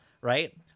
right